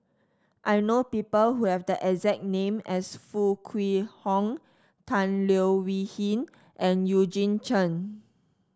I know people who have the exact name as Foo Kwee Horng Tan Leo Wee Hin and Eugene Chen